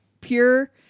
pure